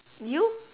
you